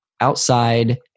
outside